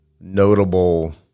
notable